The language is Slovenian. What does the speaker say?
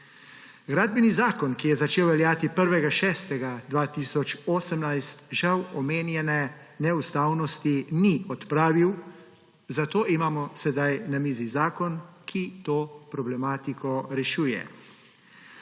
Gradbeni zakon, ki je začel veljati 1. 6. 2018, žal omenjene neustavnosti ni odpravil, zato imamo sedaj na mizi zakon, ki to problematiko rešuje.